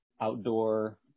outdoor